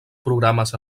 programes